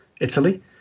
Italy